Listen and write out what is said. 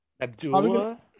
Abdullah